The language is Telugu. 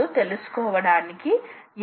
ఇది X వంటిది క్షమించండి